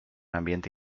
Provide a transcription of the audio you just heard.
ambiente